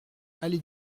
allée